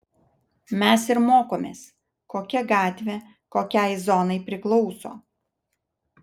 mes ir mokomės kokia gatvė kokiai zonai priklauso